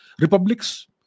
republics